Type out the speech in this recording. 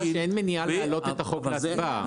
אמרה שאין מניעה להעלות את החוק להצבעה.